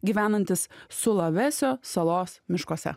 gyvenantis sulavesio salos miškuose